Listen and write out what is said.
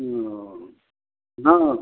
ओह हँ